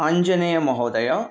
आञ्जनेयमहोदयः